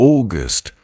August